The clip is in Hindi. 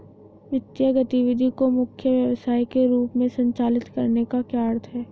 वित्तीय गतिविधि को मुख्य व्यवसाय के रूप में संचालित करने का क्या अर्थ है?